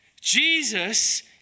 Jesus